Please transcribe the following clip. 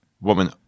woman